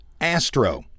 Astro